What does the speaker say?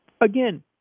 Again